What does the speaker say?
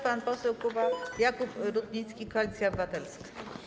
Pan poseł Jakub Rutnicki, Koalicja Obywatelska.